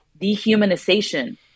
dehumanization